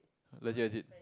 legit legit